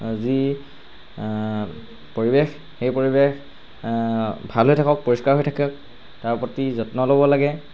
যি পৰিৱেশ সেই পৰিৱেশ ভাল হৈ থাকক পৰিষ্কাৰ হৈ থাকক তাৰ প্ৰতি যত্ন ল'ব লাগে